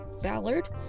Ballard